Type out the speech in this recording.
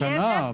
בתקנה.